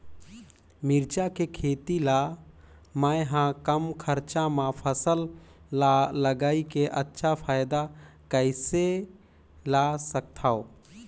मिरचा के खेती ला मै ह कम खरचा मा फसल ला लगई के अच्छा फायदा कइसे ला सकथव?